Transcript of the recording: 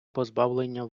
позбавлення